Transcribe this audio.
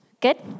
Good